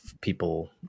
people